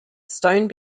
stone